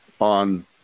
on